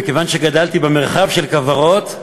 מכיוון שגדלתי במרחב של כוורות,